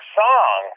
song